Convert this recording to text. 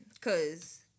cause